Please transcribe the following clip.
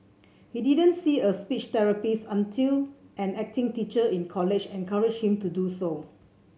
he didn't see a speech therapist until an acting teacher in college encouraged him to do so